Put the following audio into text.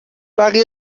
بقیه